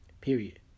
Period